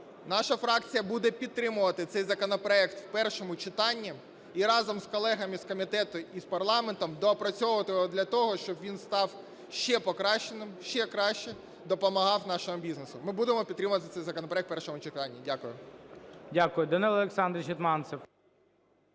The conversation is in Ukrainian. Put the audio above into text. наша фракція буде підтримувати цей законопроект в першому читанні і разом з колегами з комітету і з парламентом доопрацьовувати його для того, щоб він став ще покращеним, ще краще допомагав нашому бізнесу. Ми будемо підтримувати цей законопроект в першому читанні. Дякую. ГОЛОВУЮЧИЙ. Дякую. Данило Олександрович Гетманцев.